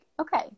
okay